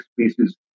spaces